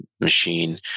machine